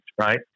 right